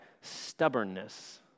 stubbornness